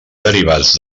derivats